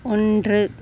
ஒன்று